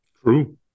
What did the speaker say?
True